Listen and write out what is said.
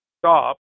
stop